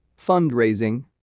fundraising